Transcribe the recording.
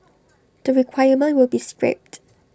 the requirement will be scrapped